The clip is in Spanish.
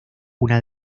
una